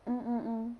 mm mm mm